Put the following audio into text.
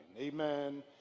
Amen